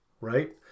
right